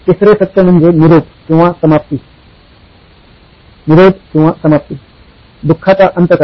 तिसरं सत्य म्हणजे "निरोध" किंवा समाप्ती दुःखाचा अंत करा